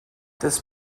this